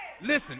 Listen